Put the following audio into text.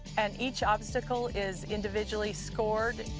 and each obstacle is individually scored.